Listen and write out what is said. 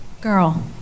girl